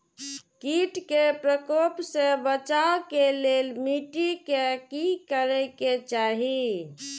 किट के प्रकोप से बचाव के लेल मिटी के कि करे के चाही?